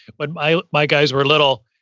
when my my guys were little,